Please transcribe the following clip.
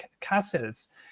castles